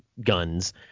guns